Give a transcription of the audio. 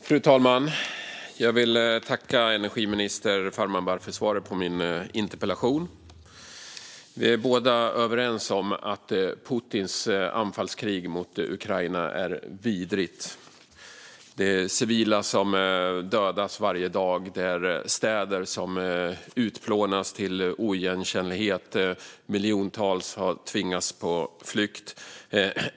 Fru talman! Jag vill tacka energiminister Farmanbar för svaret på min interpellation. Ministern och jag är överens om att Putins anfallskrig mot Ukraina är vidrigt. Civila dödas varje dag. Städer utplånas till oigenkännlighet. Miljontals har tvingats på flykt.